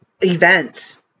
events